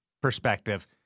perspective